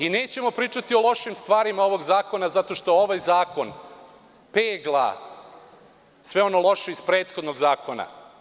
Nećemo pričati o lošim stvarima ovog zakona zato što ovaj zakon pegla sve ono loše iz prethodnog zakona.